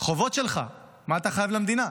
החובות שלך, מה אתה חייב למדינה?